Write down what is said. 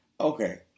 Okay